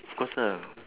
of course lah